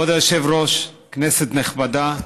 כבוד היושב-ראש, כנסת נכבדה,